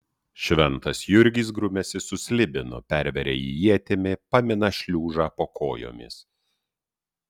šventas jurgis grumiasi su slibinu perveria jį ietimi pamina šliužą po kojomis